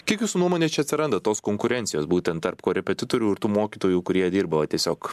kiek jūsų nuomone čia atsiranda tos konkurencijos būtent tarp korepetitorių ir tų mokytojų kurie dirba tiesiog